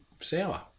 sour